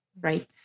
right